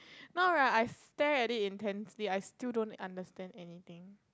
now right I stared already intensely I still don't understand anything